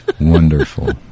Wonderful